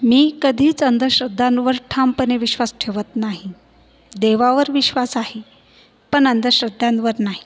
मी कधीच अंधश्रद्धांवर ठामपणे विश्वास ठेवत नाही देवावर विश्वास आहे पण अंधश्रद्धांवर नाही